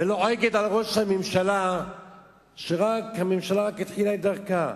ולועגת לראש הממשלה כשהממשלה רק התחילה את דרכה,